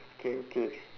okay k